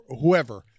whoever